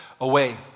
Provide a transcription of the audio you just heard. away